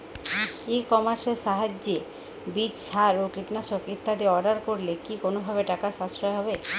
ই কমার্সের সাহায্যে বীজ সার ও কীটনাশক ইত্যাদি অর্ডার করলে কি কোনোভাবে টাকার সাশ্রয় হবে?